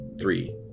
three